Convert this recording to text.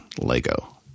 Lego